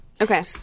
Okay